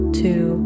two